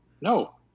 no